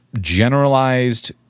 generalized